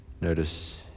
Notice